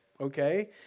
Okay